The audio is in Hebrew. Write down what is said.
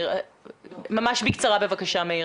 ממש בקצרה בבקשה.